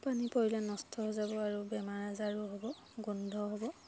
পানী পৰিলে নষ্ট হৈ যাব আৰু বেমাৰ আজাৰো হ'ব গোন্ধ হ'ব